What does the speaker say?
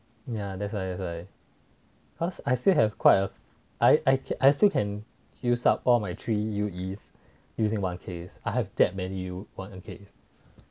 ya that's why that's why cause I still have quite a I I still can use up all my three U_E using one Ks I have that many U_E one Ks